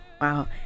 Wow